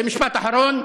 ומשפט אחרון: